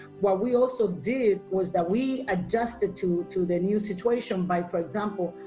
what we also did was that we adjusted to to the new situation by for example,